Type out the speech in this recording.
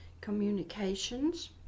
communications